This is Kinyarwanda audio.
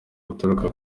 buturuka